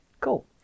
Cool